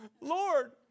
Lord